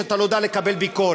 ואתה לא יודע לקבל ביקורת.